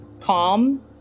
calm